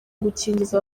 gukingiza